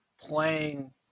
playing